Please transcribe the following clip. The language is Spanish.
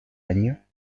año